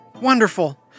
Wonderful